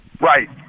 Right